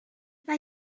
mae